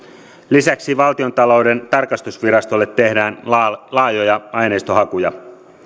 lisäksi valtiontalouden tarkastusvirastolle tehdään laajoja aineistohakuja